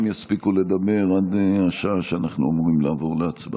יספיקו לדבר עד השעה שבה אנחנו אמורים לעבור להצבעה.